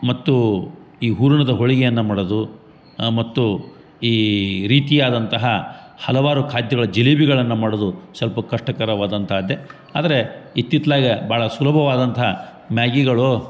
ಮತ್ತು ಈ ಹೂರ್ಣದ ಹೋಳಿಗೆಯನ್ನು ಮಾಡದು ಮತ್ತು ಈ ರೀತಿಯಾದಂತಹ ಹಲವಾರು ಖಾದ್ಯಗಳ ಜಿಲೇಬಿಗಳನ್ನು ಮಾಡೋದು ಸ್ವಲ್ಪ ಕಷ್ಟಕರವಾದಂಥದ್ದೆ ಆದರೆ ಇತ್ತಿತ್ಲಾಗ ಭಾಳ ಸುಲಭವಾದಂಥ ಮ್ಯಾಗಿಗಳು